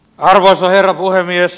arvoisa herra puhemies